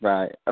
Right